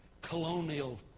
colonial